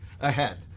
ahead